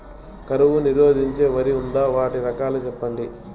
కరువు నిరోధించే వరి ఉందా? వాటి రకాలు చెప్పండి?